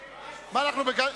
מה, אנחנו בגן?